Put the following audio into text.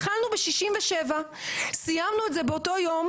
התחלנו ב-67, סיימנו באותו יום